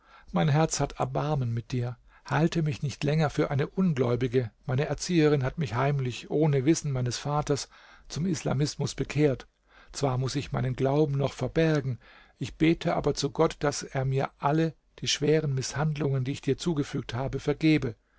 mein herz hat erbarmen mit dir halte mich nicht länger für eine ungläubige meine erzieherin hat mich heimlich ohne wissen meines vaters zum islamismus bekehrt zwar muß ich meinen glauben noch verbergen ich bete aber zu gott daß er mir alle die schweren mißhandlungen die ich dir zugefügt habe vergebe